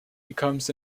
becomes